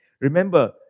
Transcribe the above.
Remember